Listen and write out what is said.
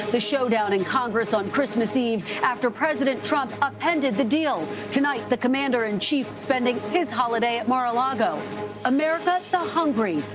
the showdown in congress on christmas eve after president trump upended the deal tonight, the commander in chief spending his holiday at mar-a-lago america, the hungry.